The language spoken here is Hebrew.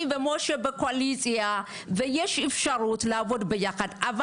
אני ומשה בקואליציה ויש אפשרות לעבוד ביחד,